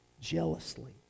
jealously